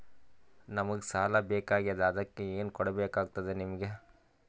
ನಮಗ ಸಾಲ ಬೇಕಾಗ್ಯದ ಅದಕ್ಕ ಏನು ಕೊಡಬೇಕಾಗ್ತದ ನಿಮಗೆ?